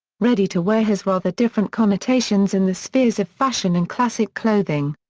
ready-to-wear has rather different connotations in the spheres of fashion and classic clothing.